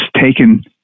taken